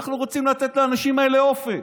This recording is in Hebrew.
אנחנו רוצים לתת לאנשים האלה אופק,